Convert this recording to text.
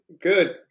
Good